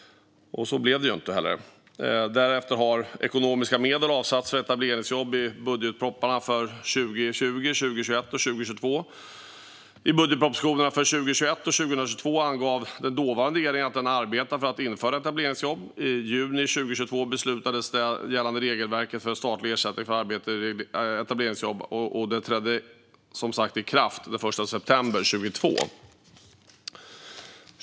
Så blev det inte heller. Därefter har ekonomiska medel avsatts för etableringsjobb i budgetpropositionerna för 2020, 2021 och 2022. I budgetpropositionerna för 2021 och 2022 angav den dåvarande regeringen att den arbetade för att införa etableringsjobb. I juni 2022 beslutades det gällande regelverket för statlig ersättning för arbete i etableringsjobb, och det trädde som sagt i kraft den 1 september 2022.